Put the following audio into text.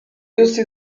دوستی